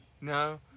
No